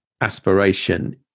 aspiration